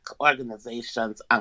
organizations